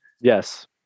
Yes